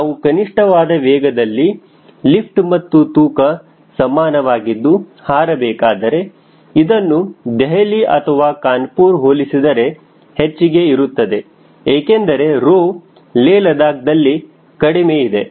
ನಾವು ಕನಿಷ್ಠವಾದ ವೇಗದಲ್ಲಿ ಲಿಫ್ಟ್ ಹಾಗೂ ತೂಕ ಸಮಾನವಾಗಿದ್ದು ಹಾರಬೇಕಾದರೆ ಇದನ್ನು ದೆಹಲಿ ಅಥವಾ ಕಾನಪುರ್ ಹೋಲಿಸಿದರೆ ಹೆಚ್ಚಿಗೆ ಇರುತ್ತದೆ ಏಕೆಂದರೆ ರೊ ಲೇಹ ಲದಾಖ್ ದಲ್ಲಿ ಕಡಿಮೆ ಇದೆ